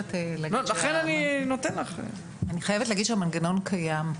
חייבת להגיד שהמנגנון קיים.